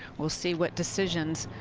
we'll see what decisions